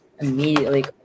immediately